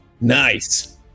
Nice